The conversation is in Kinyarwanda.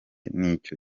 n’icyo